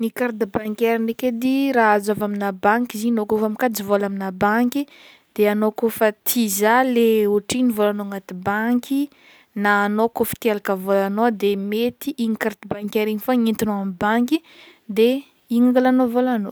Ny carte bancaire ndraiky edy, raha azo avy amina banky izy i, anao kaofa mikajy banky vola amina banky, de anao kaofa tia hizaha le hoatrino volanao anaty banky, na anao kaofa te halaka vôlanao de mety igny carte bancaire igny fogna no i entignao amy banky de igny angalanao vôlanao.